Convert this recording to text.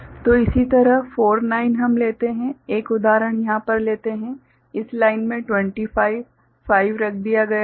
तो इसी तरह 4 9 हम लेते हैं एक उदाहरण यहाँ पर लेते हैं इस लाइन में 25 5 रख दिया गया है